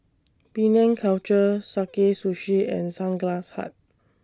Penang Culture Sakae Sushi and Sunglass Hut